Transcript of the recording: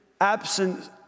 absent